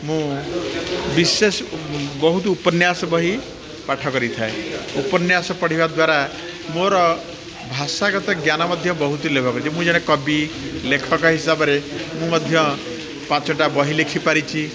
ମୁଁ ବିଶେଷ ବହୁତ ଉପନ୍ୟାସ ବହି ପାଠ କରିଥାଏ ଉପନ୍ୟାସ ପଢ଼ିବା ଦ୍ୱାରା ମୋର ଭାଷାଗତ ଜ୍ଞାନ ମଧ୍ୟ ବହୁତ ଲାଭ କରିଛି ମୁଁ ଜଣେ କବି ଲେଖକ ହିସାବରେ ମୁଁ ମଧ୍ୟ ପାଞ୍ଚଟା ବହି ଲେଖି ପାରିଛି